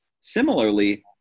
Similarly